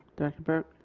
director burke.